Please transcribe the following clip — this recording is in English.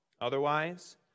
Otherwise